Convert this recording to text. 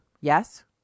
Yes